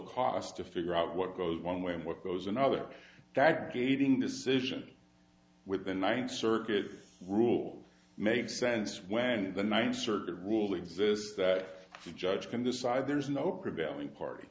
cost to figure out what goes one way and what those another that gating decision with the ninth circuit rules makes sense when the ninth circuit rule exists that the judge can decide there's no prevailing party